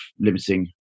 limiting